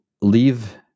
leave